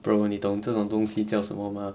bro 你懂这种东西叫什么吗